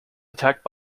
attacked